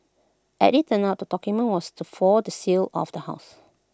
as IT turned out the document was the for the sale of the house